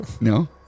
No